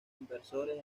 inversores